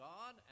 God